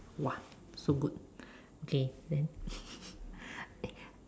!wah! so good okay then